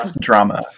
drama